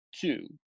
two